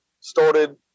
started